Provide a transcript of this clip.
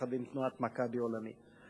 יחד עם תנועת "מכבי" העולמית.